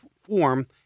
form